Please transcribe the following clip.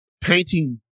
painting